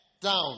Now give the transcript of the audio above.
down